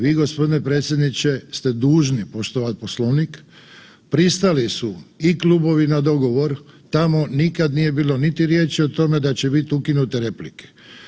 Vi gospodine predsjedniče ste dužni poštovati Poslovnik, pristali su i klubovi na dogovor, tamo nikad nije bilo niti riječi o tome da će biti ukinute replike.